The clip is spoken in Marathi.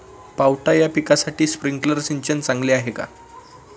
पावटा या पिकासाठी स्प्रिंकलर सिंचन चांगले आहे का?